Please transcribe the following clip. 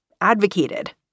advocated